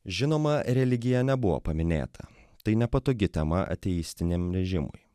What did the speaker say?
žinoma religija nebuvo paminėta tai nepatogi tema ateistiniam režimui